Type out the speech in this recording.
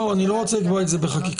אני לא רוצה לקבוע את זה בחקיקה.